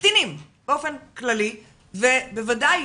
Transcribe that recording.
קטינים ובוודאי